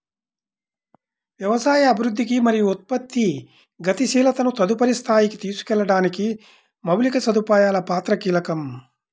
వ్యవసాయ అభివృద్ధికి మరియు ఉత్పత్తి గతిశీలతను తదుపరి స్థాయికి తీసుకెళ్లడానికి మౌలిక సదుపాయాల పాత్ర కీలకం